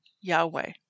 Yahweh